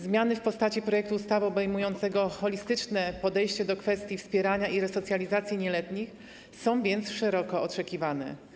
Zmiany w postaci projektu ustawy obejmującego holistyczne podejście do kwestii wspierania i resocjalizacji nieletnich są więc szeroko oczekiwane.